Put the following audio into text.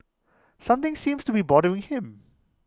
something seems to be bothering him